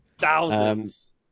Thousands